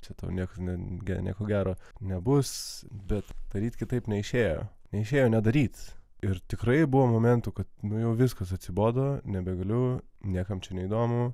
čia tau nieko nieko gero nebus bet daryt kitaip neišėjo neišėjo nedaryt ir tikrai buvo momentų kad nu jau viskas atsibodo nebegaliu niekam neįdomu